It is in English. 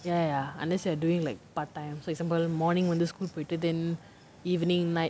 ya ya unless you are doing like part time so example morning வந்து:vanthu school போயிட்டு:poyittu then evening night